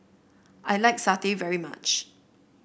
I like satay very much